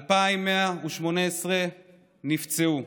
2,118 נפצעו,